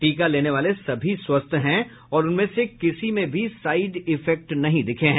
टीका लेने वाले सभी स्वस्थ हैं और उनमें से किसी में भी साईड इफेक्ट नहीं दिखा है